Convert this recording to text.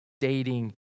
dating